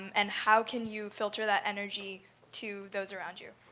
and how can you filter that energy to those around you?